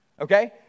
okay